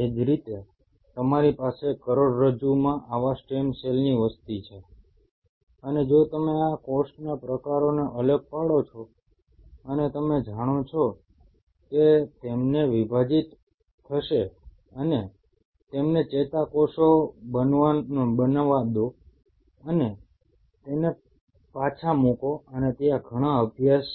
એ જ રીતે તમારી પાસે કરોડરજ્જુમાં આવા સ્ટેમ સેલની વસ્તી છે અને જો તમે આ કોષના પ્રકારોને અલગ પાડો છો અને તમે જાણો છો કે તેમને વિભાજીત થશેઅને તેમને ચેતાકોષો બનાવો દો અને તેને પાછા મૂકો અને ત્યાં ઘણા અભ્યાસ